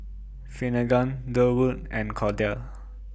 Finnegan Durwood and Cordell